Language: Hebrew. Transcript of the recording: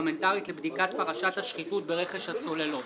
פרלמנטרית לבדיקת פרשת השחיתות ברכש הצוללות.